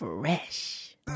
Fresh